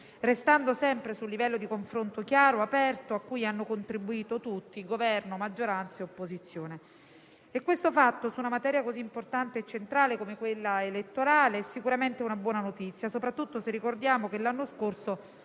restando sempre su un livello di confronto chiaro, aperto, a cui hanno contribuito tutti: Governo, maggioranza e opposizione. Questo fatto, su una materia così importante e centrale come quella elettorale, è sicuramente una buona notizia, soprattutto se ricordiamo che l'anno scorso